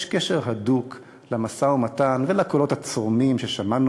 יש קשר הדוק למשא-ומתן ולקולות הצורמים ששמענו